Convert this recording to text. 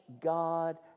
God